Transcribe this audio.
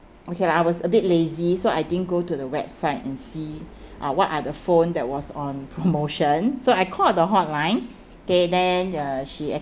okay lah I was a bit lazy so I didn't go to the website and see uh what are the phone that was on promotion so I called the hotline okay then uh she